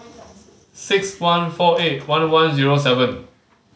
six one four eight one one zero seven